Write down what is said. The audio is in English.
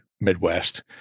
midwest